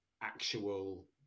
actual